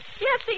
Yes